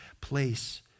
place